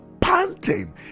panting